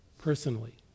Personally